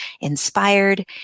inspired